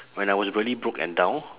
when I was really broke and down